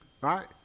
Right